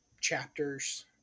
chapters